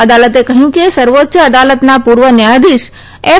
અદાલતે કહ્યું કે સર્વોચ્ય અદાલતના પૂર્વ ન્યાયાધીશ એફ